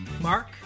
Mark